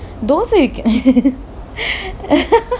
dosa you can